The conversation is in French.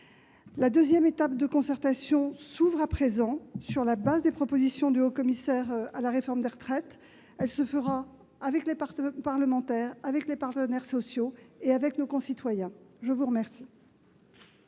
La deuxième étape de la concertation s'ouvre à présent, sur la base des propositions du haut-commissaire à la réforme des retraites ; elle se fera avec les parlementaires, les partenaires sociaux et avec nos concitoyens. La parole